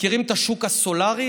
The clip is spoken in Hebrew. מכירים את השוק הסולרי,